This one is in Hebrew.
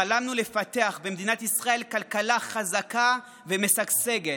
חלמנו לפתח במדינת ישראל כלכלה חזקה ומשגשגת,